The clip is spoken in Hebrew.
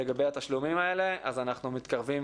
לגבי התשלומים האלה, אז אנחנו מתקרבים